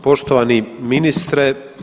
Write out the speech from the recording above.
Poštovani ministre.